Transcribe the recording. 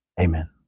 Amen